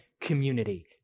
community